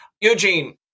Eugene